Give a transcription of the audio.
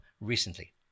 recently